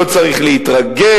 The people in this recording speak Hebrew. לא צריך להתרגש.